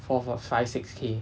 four five six k